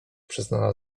przyznała